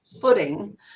footing